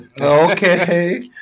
Okay